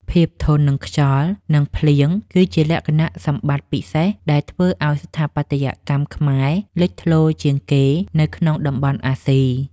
ភាពធន់នឹងខ្យល់ និង ភ្លៀងគឺជាលក្ខណៈសម្បត្តិពិសេសដែលធ្វើឱ្យស្ថាបត្យកម្មខ្មែរលេចធ្លោជាងគេនៅក្នុងតំបន់អាស៊ី។